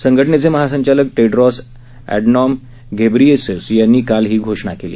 संघटनेचे महासंचालक Tedros Adhanom Ghebreyesus यांनी काल ही घोषणा केली